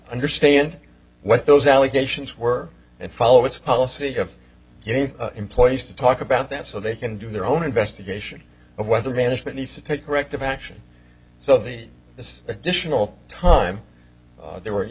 understand what those allegations were and follow its policy of your employees to talk about that so they can do their own investigation of whether management needs to take corrective action so the this additional time there were you